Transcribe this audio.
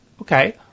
Okay